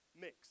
mix